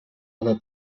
haver